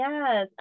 Yes